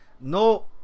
no